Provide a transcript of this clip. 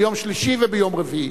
ביום שלישי וביום רביעי.